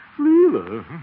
Leela